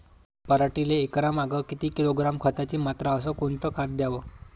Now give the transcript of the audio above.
पराटीले एकरामागं किती किलोग्रॅम खताची मात्रा अस कोतं खात द्याव?